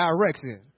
direction